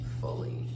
fully